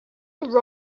nothing